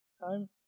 time